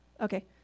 Okay